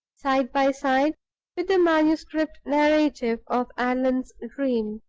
side by side with the manuscript narrative of allan's dream.